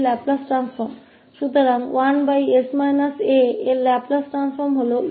अतलाप्लास प्रतिलोम 1s aका eat होता है